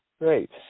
Great